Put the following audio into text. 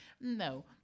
No